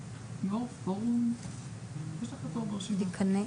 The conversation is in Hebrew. פרופ' מריו, לרשותך שלוש דקות.